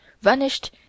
Vanished